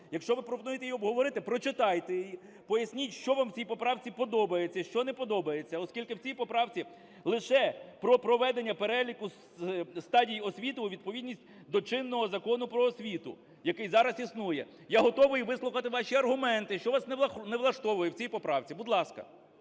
Якщо ви пропонуєте її обговорити, прочитайте її, поясніть, що вам в цій поправці подобається і що не подобається, оскільки в цій поправці лише про приведення переліку стадій освіти у відповідність до чинного Закону "Про освіту", який зараз існує. Я готовий вислухати ваші аргументи, що вас не влаштовує в цій поправці. Будь ласка.